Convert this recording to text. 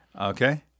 Okay